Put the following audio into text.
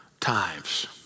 times